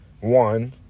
One